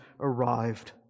arrived